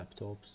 laptops